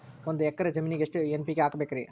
ಒಂದ್ ಎಕ್ಕರ ಜಮೀನಗ ಎಷ್ಟು ಎನ್.ಪಿ.ಕೆ ಹಾಕಬೇಕರಿ?